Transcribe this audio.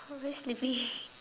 I very sleepy